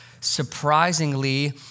surprisingly